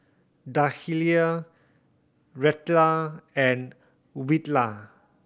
Dahlia Reatha and